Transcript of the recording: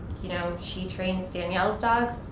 you know, she trains danielle's dogs.